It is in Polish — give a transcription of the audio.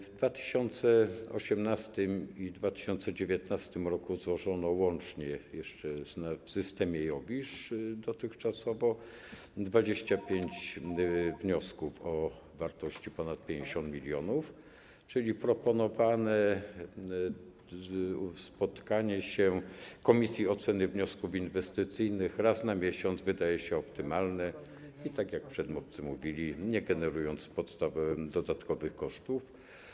W 2018 r. i w 2019 r. złożono łącznie dotychczasowo w systemie IOWISZ 25 wniosków o wartości ponad 50 mln, czyli proponowane spotkanie się Komisji Oceny Wniosków Inwestycyjnych raz na miesiąc wydaje się optymalne i, tak jak przedmówcy mówili, niegenerujące podstaw dodatkowych kosztów.